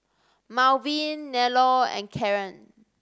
Malvin Nello and Caren